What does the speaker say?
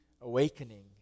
awakening